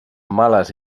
males